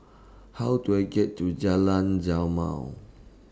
How Do I get to Jalan Jamal